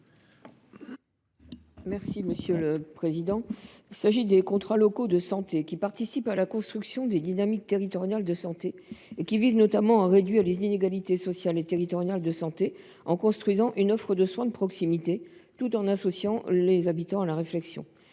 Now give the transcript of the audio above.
Mme Corinne Féret. Les contrats locaux de santé (CLS) participent à la construction des dynamiques territoriales de santé et visent notamment à réduire les inégalités sociales et territoriales de santé en construisant une offre de soins de proximité, tout en associant les habitants à la réflexion.